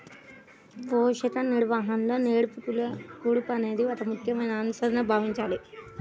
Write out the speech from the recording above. పోషక నిర్వహణలో నేల కూర్పు అనేది ఒక ముఖ్యమైన అంశంగా భావించాలి